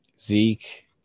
Zeke